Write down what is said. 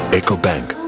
ecobank